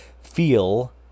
feel